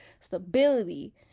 stability